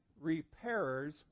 repairers